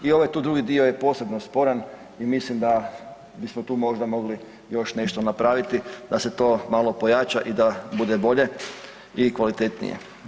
I ovaj tu drugi dio je posebno sporan i mislim da bismo tu možda mogli još nešto napraviti da se to malo pojača i da bude bolje i kvalitetnije.